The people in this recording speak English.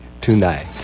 tonight